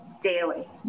daily